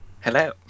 Hello